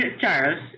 Charles